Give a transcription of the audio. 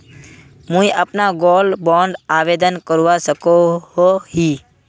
मुई अपना gold bond आवेदन करवा सकोहो ही?